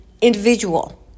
individual